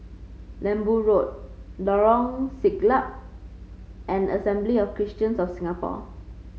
Lembu Road Lorong Siglap and Assembly of Christians of Singapore